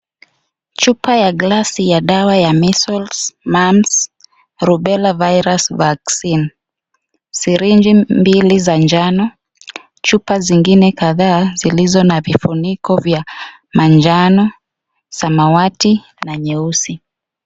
Chupa ya glasi ya dawa ya Measles, Mumphs, Rubella virus vaccine, sirinji mbili za njano, chupa zingine kadhaa zilizo na vifuniko vya manjano, samawati na nyeusi.